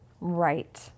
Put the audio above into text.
Right